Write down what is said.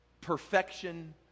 perfection